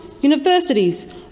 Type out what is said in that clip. universities